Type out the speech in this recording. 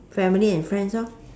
family and friends lor